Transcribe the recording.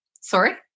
Sorry